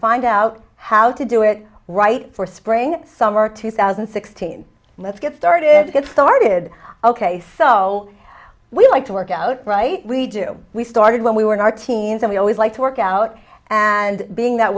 find out how to do it right for spring summer two thousand and sixteen let's get started get started ok so we like to workout right we do we started when we were in our teens and we always like to workout and being that